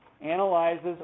analyzes